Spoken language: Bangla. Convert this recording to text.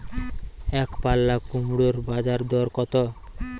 একপাল্লা কুমড়োর বাজার দর কত?